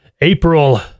April